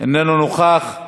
איננו נוכח.